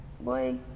boy